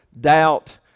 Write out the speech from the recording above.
doubt